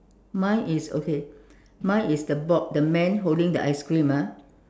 mine is okay mine is the boy the man holding the ice cream ah